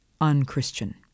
unchristian